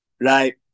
Right